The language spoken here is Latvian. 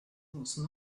mūsu